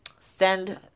send